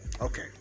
Okay